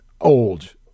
old